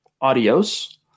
Adios